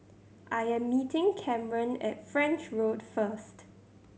I am meeting Kamren at French Road first